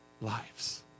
lives